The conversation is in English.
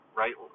right